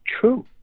true